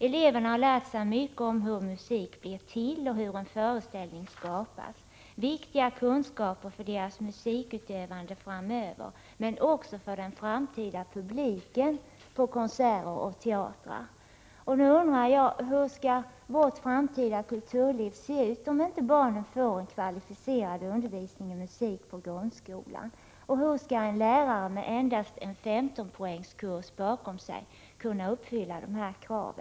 Eleverna har lärt sig mycket om hur musik blir till och om hur en föreställning skapas - viktiga kunskaper för deras musikutövande framöver, men också för den framtida publiken på konserter och teaterföreställningar. Nu undrar jag: Hur skall vårt framtida kulturliv se ut om inte barnen får en kvalificerad undervisning i musik på grundskolans stadium? Hur skall en lärare med endast en 15-poängskurs bakom sig kunna uppfylla dessa krav?